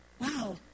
Wow